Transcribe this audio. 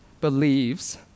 believes